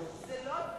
זה לא,